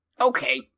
Okay